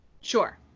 Sure